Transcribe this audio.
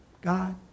God